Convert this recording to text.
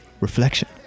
reflection